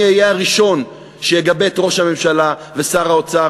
אני אהיה הראשון שיגבה את ראש הממשלה ושר האוצר